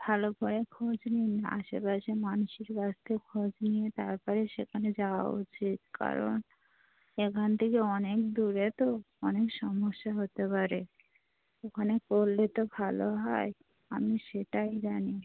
ভালো করে খোঁজ নিন আশেপাশে মানুষের কাছ থেকে খোঁজ নিয়ে তারপরে সেখানে যাওয়া উচিত কারণ এখান থেকে অনেক দূরে তো অনেক সমস্যা হতে পারে ওখানে পড়লে তো ভালো হয় আমি সেটাই জানি